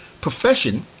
profession